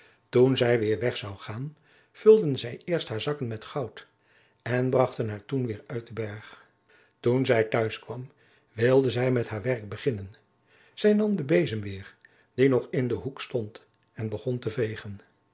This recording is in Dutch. toen zij weêr weg zou gaan vulden zij eerst haar zakken met goud en brachten haar toen weêr uit den berg toen zij thuis kwam wilde zij met haar werk beginnen zij nam den bezem weêr die nog in den hoek stond en begon te vegen